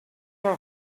our